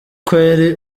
kweri